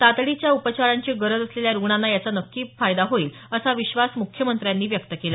तातडीच्या उपचारांची गरज असलेल्या रुग्णांना याची नक्की मदत होईल असा विश्वास त्यांनी व्यक्त केला